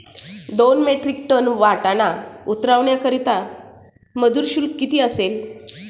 दोन metric tonne वाटाणा उतरवण्याकरता मजूर शुल्क किती असेल?